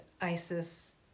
Isis